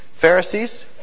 Pharisees